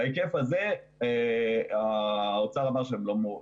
בהיקף הזה האוצר אמר לא .